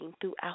throughout